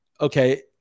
okay